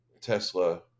Tesla